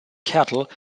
cattle